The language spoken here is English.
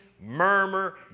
murmur